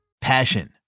Passion